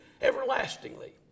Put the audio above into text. everlastingly